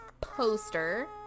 poster